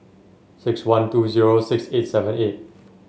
six one two zero six eight seven eight